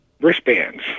wristbands